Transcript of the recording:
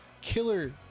killer